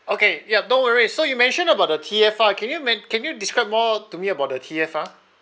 okay yup no worries so you mention about the T_F_R can you men~ can you describe more to me about the T_F_R